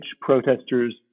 protesters